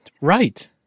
Right